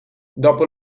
dopo